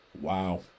Wow